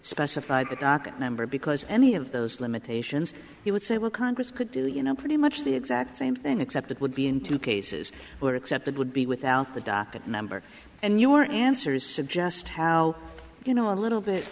specified the docket number because any of those limitations he would say well congress could do you know pretty much the exact same thing except it would be in two cases where except it would be without the docket number and your answer is suggest how you know a little bit